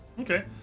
Okay